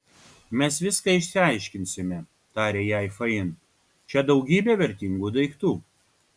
mes viską išsiaiškinsime tarė jai fain čia daugybė vertingų daiktų